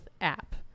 App